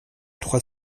trois